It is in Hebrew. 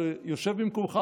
שיושב במקומך,